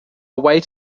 way